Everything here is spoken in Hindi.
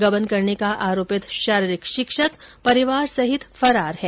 गबन करने का आरोपित शारीरिक शिक्षक परिवार सहित फरार हो गया है